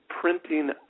printing